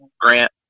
Grant